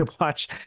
watch